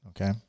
okay